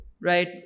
Right